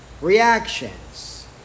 reactions